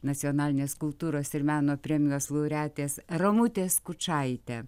nacionalinės kultūros ir meno premijos laureatės ramutę skučaitę